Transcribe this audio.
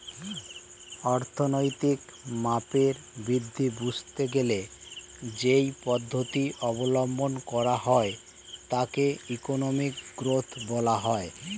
অর্থনৈতিক মাপের বৃদ্ধি বুঝতে গেলে যেই পদ্ধতি অবলম্বন করা হয় তাকে ইকোনমিক গ্রোথ বলা হয়